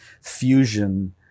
fusion